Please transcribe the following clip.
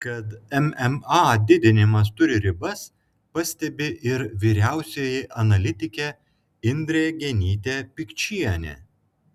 kad mma didinimas turi ribas pastebi ir vyriausioji analitikė indrė genytė pikčienė